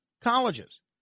colleges